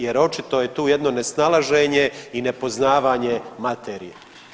Jer očito je tu jedno nesnalaženje i nepoznavanje materije.